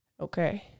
Okay